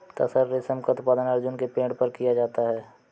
तसर रेशम का उत्पादन अर्जुन के पेड़ पर किया जाता है